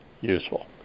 useful